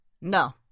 No